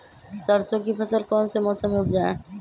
सरसों की फसल कौन से मौसम में उपजाए?